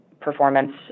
performance